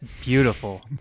beautiful